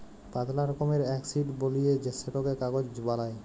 পাতলা রকমের এক শিট বলিয়ে সেটকে কাগজ বালাই